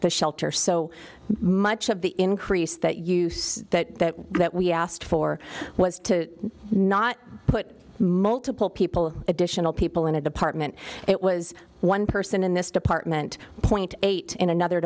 the shelter so much of the increase that use that that we asked for was to not put multiple people additional people in a department it was one person in this department point eight in another